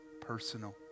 personal